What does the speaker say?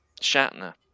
Shatner